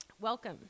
Welcome